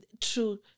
true